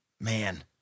man